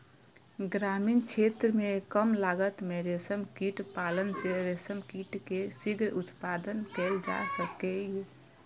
ग्रामीण क्षेत्र मे कम लागत मे रेशम कीट पालन सं रेशम कीट के शीघ्र उत्पादन कैल जा सकैए